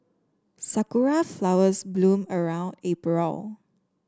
sakura flowers bloom around April